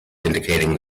indicating